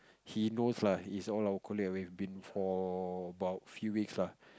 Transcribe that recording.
he knows lah he all our colleague we have been for about few weeks lah